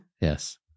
yes